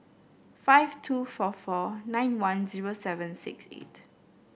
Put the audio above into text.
five two four four nine one zero seven six eight